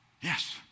Yes